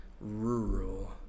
rural